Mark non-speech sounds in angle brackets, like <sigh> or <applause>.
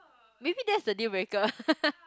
maybe that's the dealbreaker <laughs>